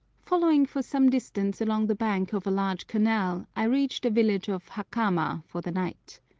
following for some distance along the bank of a large canal i reach the village of hakama for the night.